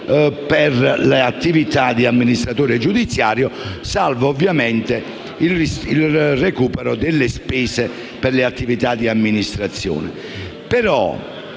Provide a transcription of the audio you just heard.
per le attività di amministratore giudiziario, salvo ovviamente il recupero delle spese per le attività di amministrazione.